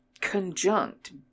conjunct